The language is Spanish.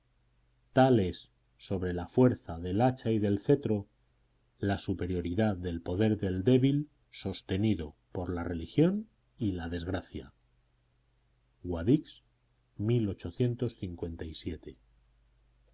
es sobre la fuerza del hacha y del cetro la superioridad del poder del débil sostenido por la religión y la desgracia guadix